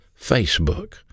Facebook